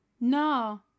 No